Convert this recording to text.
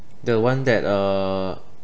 the one that uh